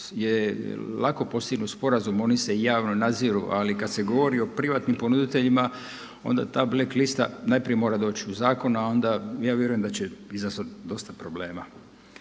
je lako postignut sporazum. Oni se javno nadziru. Ali kad se govori o privatnim ponuditeljima onda ta black lista najprije mora doći u zakon, a onda ja vjerujem da će izazvati dosta problema.